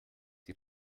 die